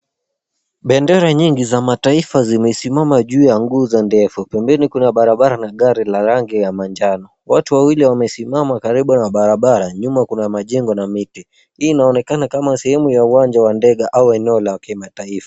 Bendera nyingi za mataifa zimesimama juu ya nguzo ndefu. Pembeni kuna barabara la gari la rangi ya manjano. Watu wawili wamesimama karibu na barabara. Nyuma kuna majengo na miti. Hii inaonekana kama sehemu ya uwanja wa ndege au eneo la kimataifa.